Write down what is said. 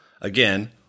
Again